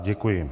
Děkuji.